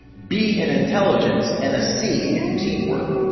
b in intelligence, and a c in teamwork!